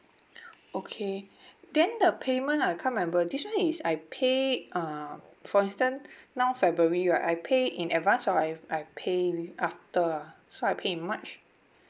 okay then the payment I can't remember this one is I pay uh for instance now february right I pay in advance or I I pay after so I pay in march